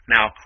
Now